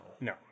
No